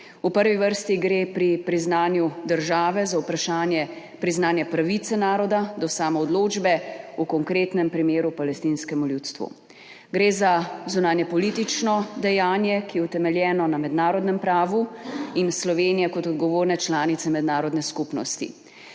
V prvi vrsti gre pri priznanju države za vprašanje priznanja pravice naroda do samoodločbe, v konkretnem primeru palestinskemu ljudstvu. Gre za zunanjepolitično dejanje, ki je utemeljeno na mednarodnem pravu, in Slovenije kot odgovorne članice mednarodne skupnosti.